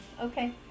Okay